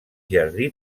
jardí